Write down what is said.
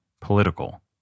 political